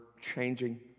changing